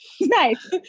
Nice